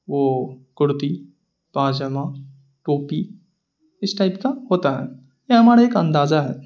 وہ کرتی پاجامہ ٹوپی اس ٹائپ کا ہوتا ہے یہ ہمارا ایک اندازہ ہے